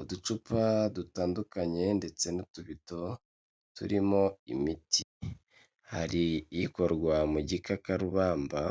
Uducupa dutandukanye ndetse n'utubido turimo imiti, hari ikorwa mu gikakarubamba,